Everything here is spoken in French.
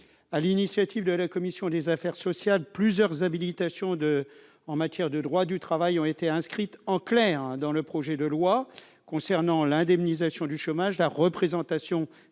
l'initiative de la commission des affaires sociales, plusieurs habilitations en matière de droit du travail ont été inscrites en clair dans le projet de loi, concernant l'indemnisation du chômage, la représentation